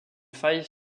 faille